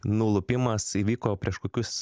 nulupimas įvyko prieš kokius